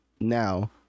now